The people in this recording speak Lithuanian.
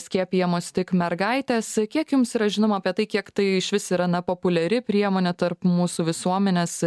skiepijamos tik mergaitės kiek jums yra žinoma apie tai kiek tai išvis yra populiari priemonė tarp mūsų visuomenės